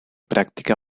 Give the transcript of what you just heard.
práctica